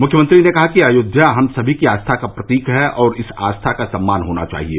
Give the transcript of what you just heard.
मुख्यमंत्री ने कहा कि अयोध्या हम समी की आस्था का प्रतीक है और इस आस्था का सम्मान होना चाहिये